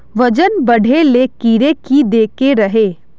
वजन बढे ले कीड़े की देके रहे?